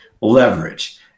leverage